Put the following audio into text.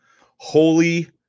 Holy